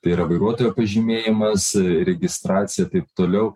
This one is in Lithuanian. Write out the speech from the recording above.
tai yra vairuotojo pažymėjimas registracija taip toliau